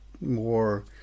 more